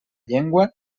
llengua